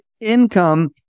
income